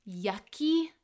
yucky